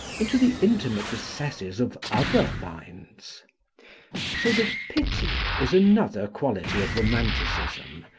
into the intimate recesses of other minds so that pity is another quality of romanticism,